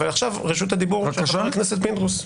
אבל עכשיו רשות הדיבור לחבר הכנסת פינדרוס.